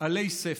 עלי ספר.